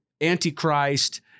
antichrist